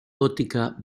gótica